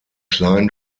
kleinen